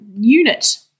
UNIT